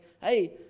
hey